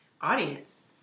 audience